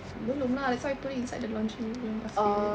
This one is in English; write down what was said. belum lah that's why I put it inside the laundry punya basket